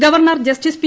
governor justice P